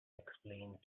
explained